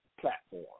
platform